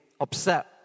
upset